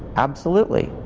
absolutely,